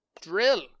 Drill